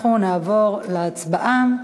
אנחנו נעבור להצבעה.